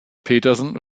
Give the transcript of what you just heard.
petersen